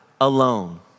alone